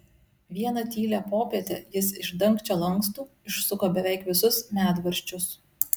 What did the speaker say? vieną tylią popietę jis iš dangčio lankstų išsuko beveik visus medvaržčius